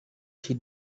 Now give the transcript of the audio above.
she